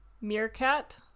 meerkat